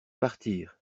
partir